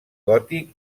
gòtic